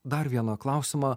dar vieną klausimą